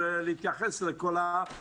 יש פה אנשים שיכולים להתייחס לנושא.